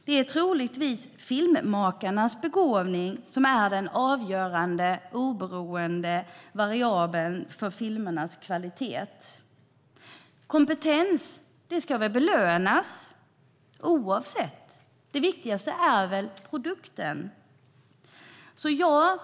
Det är troligtvis filmmakarnas begåvning som är den avgörande och oberoende variabeln för filmernas kvalitet. Kompetens ska väl belönas? Det viktigaste är ju produkten.